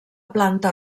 planta